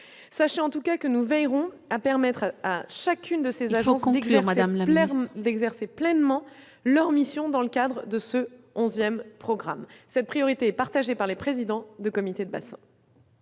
sachez en tout cas que nous veillerons à permettre à chacune de ses agences ont découvert, madame la maire d'exercer pleinement leur mission dans le cadre de ce 11ème programme cette priorité partagée par les présidents de comités de bassin.